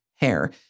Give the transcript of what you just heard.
hair